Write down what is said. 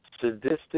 sadistic